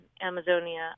Amazonia